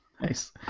Nice